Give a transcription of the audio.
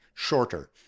shorter